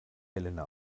helena